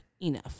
Enough